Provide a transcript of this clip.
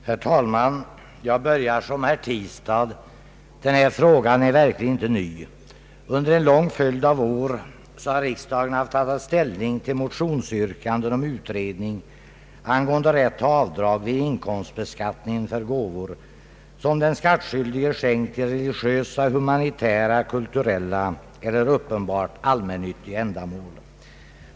Herr talman! Jag börjar som herr Tistad. Den här frågan är verkligen inte ny. Under en lång följd av år har riksdagen haft att ta ställning till motionsyrkanden om utredning angående rätt till avdrag vid inkomstbeskattningen för gåvor som den skattskyldige skänkt till religiösa, humanitära, kulturella eller uppenbart allmännyttiga ändamål.